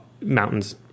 mountains